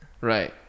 Right